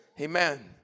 Amen